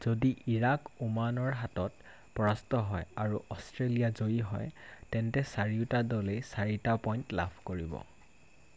যদি ইৰাক ওমানৰ হাতত পৰাস্ত হয় আৰু অষ্ট্ৰেলিয়া জয়ী হয় তেন্তে চাৰিওটা দলেই চাৰিটা পইণ্ট লাভ কৰিব